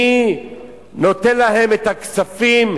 מי נותן להם את הכספים,